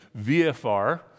VFR